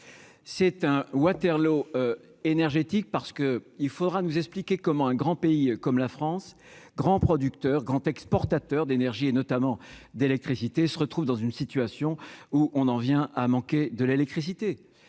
c'est un Waterloo énergétique parce que il faudra nous expliquer comment un grand pays comme la France, grand producteur grand exportateur d'énergie et notamment d'électricité se retrouve dans une situation où on en vient à manquer de l'électricité